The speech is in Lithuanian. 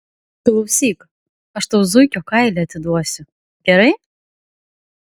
klausyk aš tau zuikio kailį atiduosiu gerai